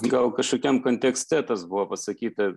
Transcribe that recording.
gal kažkokiam kontekste tas buvo pasakyta